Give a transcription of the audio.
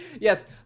Yes